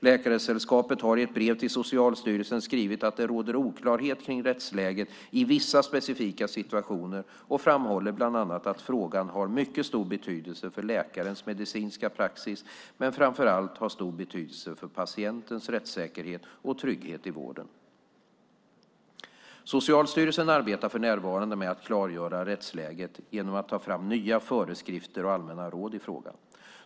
Läkaresällskapet har i ett brev till Socialstyrelsen skrivit att det råder oklarhet kring rättsläget i vissa specifika situationer och framhåller bland annat att frågan har mycket stor betydelse för läkarens medicinska praxis men framför allt för patientens rättssäkerhet och trygghet i vården. Socialstyrelsen arbetar för närvarande med att klargöra rättsläget genom att ta fram nya föreskrifter och allmänna råd i frågan.